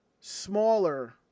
smaller